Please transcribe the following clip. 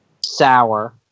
sour